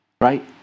right